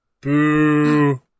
Boo